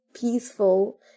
peaceful